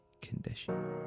condition